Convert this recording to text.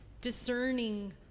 discerning